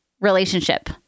relationship